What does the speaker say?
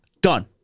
Done